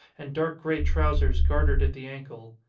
and dark grey trousers gartered at the ankle.